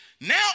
now